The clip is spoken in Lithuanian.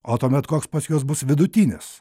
o tuomet koks pas juos bus vidutinis